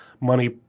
money